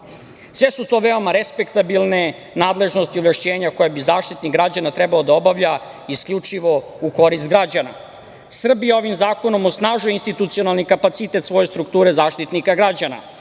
su to veoma respektabilne nadležnosti i ovlašćenja koja bi Zaštitnik građana trebalo da obavlja isključivo u korist građana. Srbija ovim zakonom osnažuje institucionalni kapacitet svoje strukture Zaštitnika građana,